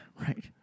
Right